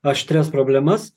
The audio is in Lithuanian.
aštrias problemas